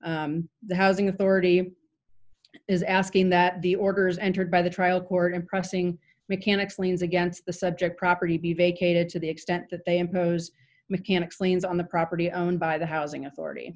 the housing authority is asking that the orders entered by the trial court impressing mechanics liens against the subject property be vacated to the extent that they impose mechanics liens on the property owned by the housing authority